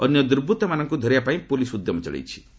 ଅନ୍ୟ ଦୁର୍ବ୍ୟତ୍ତମାନଙ୍କୁ ଧରିବା ପାଇଁ ପୋଲିସ୍ ଉଦ୍ୟମ ଚଳାଇଛଇ